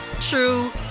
true